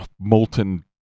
molten